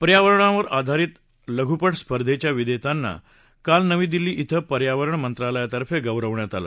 पर्यावरणावर आधारित लघुपट स्पर्धेच्या विजेत्यांना काल नवी दिल्ली इथं पर्यावरण मंत्रालयातर्फे गौरवण्यात आलं